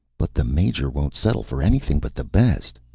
but the major won't settle for anything but the best!